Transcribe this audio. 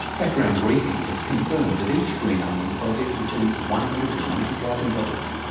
background briefing has confirmed that each green army project receives one hundred and ninety thousand dollars.